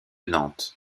nantes